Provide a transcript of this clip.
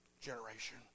generation